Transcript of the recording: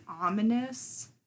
ominous